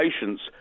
patients